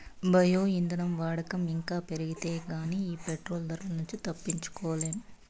bio ఇంధనం వాడకం ఇంకా పెరిగితే గానీ ఈ పెట్రోలు ధరల నుంచి తప్పించుకోలేం